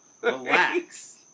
relax